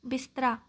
ਬਿਸਤਰਾ